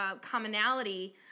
commonality